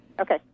Okay